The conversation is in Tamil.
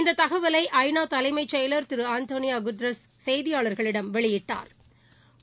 இந்த தகவலை ஐ நா தலைமைச் செயலர் திரு ஆண்டனியோ குட்டரஸ் செய்தியாாள்களிடம் வெளியிட்டா்